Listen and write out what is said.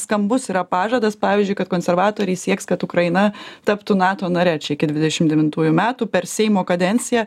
skambus yra pažadas pavyzdžiui kad konservatoriai sieks kad ukraina taptų nato nare čia iki dvidešim devintųjų metų per seimo kadenciją